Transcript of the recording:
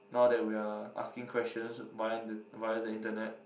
now that we are asking question via the via the internet